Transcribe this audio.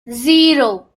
zero